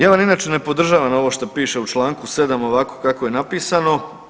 Ja vam inače ne podržavam ovo što piše u čl. 7. ovako kako je napisano.